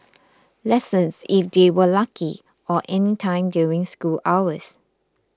lessons if they were lucky or anytime during school hours